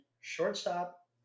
Shortstop